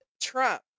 Trump